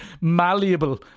malleable